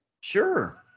sure